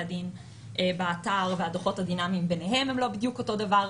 הדין באתר והדוחות הדינמיים ביניהם הם לא בדיוק אותו דבר.